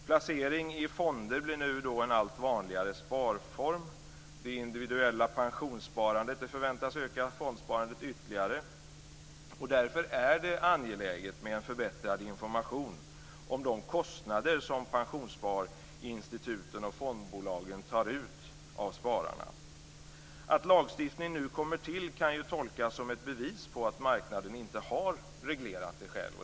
Placering i fonder blir en allt vanligare sparform. Det individuella pensionssparandet förväntas öka fondsparandet ytterligare. Därför är det angeläget med en förbättrad information om de kostnader som pensionssparinstituten och fondbolagen tar ut av spararna. Att lagstiftningen kompletteras kan ju tolkas som ett bevis på att marknaden inte har reglerat det hela själv.